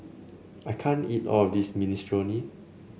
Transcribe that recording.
I can't eat all of this Minestrone